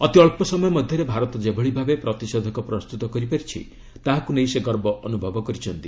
ଅତି ଅଳ୍ପ ସମୟ ମଧ୍ୟରେ ଭାରତ ଯେଭଳି ଭାବେ ପ୍ରତିଷେଧକ ପ୍ରସ୍ତୁତ କରିପାରିଛି ତାହାକୁ ନେଇ ସେ ଗର୍ବ ଅନୁଭବ କରିଛନ୍ତି